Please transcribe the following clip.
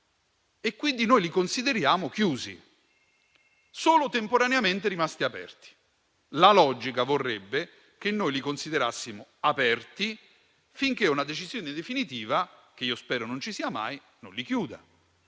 e li si considera chiusi, solo temporaneamente rimasti aperti. La logica vorrebbe che li considerassimo aperti finché una decisione definitiva, che io spero non ci sia mai, non li chiuda.